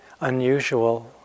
unusual